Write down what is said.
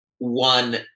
one